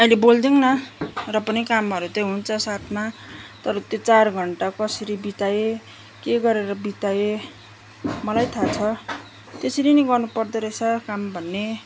अहिले बोल्दैनौँ र पनि कामहरू चाहिँ हुन्छ साथमा तर त्यो चार घन्टा कसरी बिताएँ के गरेर बिताएँ मलाई थाहा छ त्यसरी नि गर्नु पर्दोरहेछ काम भन्ने